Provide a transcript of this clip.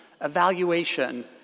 evaluation